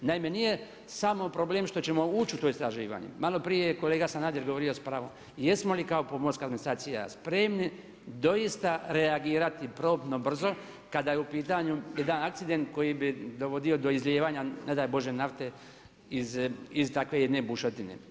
Naime, nije samo problem što ćemo ući u to istraživanje, malo prije je kolega Sanader govorio s pravom jesmo li kao pomorska administracija spremni doista reagirati promptno, brzo kada je u pitanju jedan akcident koji bi dovodio do izlijevanja ne daj Bože nafte iz takve jedne bušotine.